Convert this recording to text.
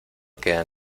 queda